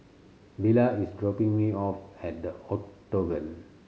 Villa is dropping me off at The Octagon